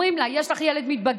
אומרים לה: יש לך ילד מתבגר?